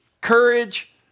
Courage